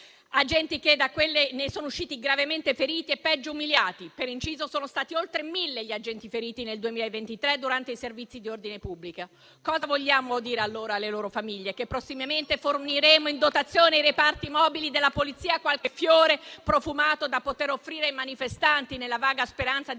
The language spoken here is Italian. agenti di Polizia, che ne sono usciti gravemente feriti e - peggio - umiliati. Per inciso, sono stati oltre 1.000 gli agenti feriti nel 2023 durante i servizi di ordine pubblico. Cosa vogliamo dire allora alle loro famiglie: che prossimamente forniremo in dotazione ai reparti mobili della Polizia qualche fiore profumato da offrire ai manifestanti, nella vaga speranza di